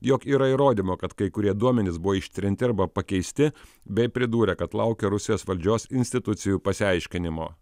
jog yra įrodymų kad kai kurie duomenys buvo ištrinti arba pakeisti bei pridūrė kad laukia rusijos valdžios institucijų pasiaiškinimo